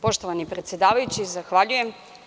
Poštovani predsedavajući, zahvaljujem.